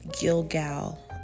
Gilgal